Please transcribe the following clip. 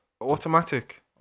automatic